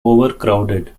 overcrowded